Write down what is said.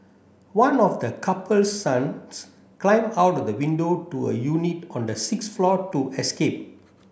one of the couple's sons climbed out of the window to a unit on the sixth floor to escape